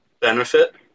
benefit